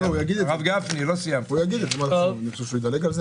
הוא יגיד את זה, אתה חושב שהוא ידלג על זה?